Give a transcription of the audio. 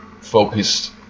focused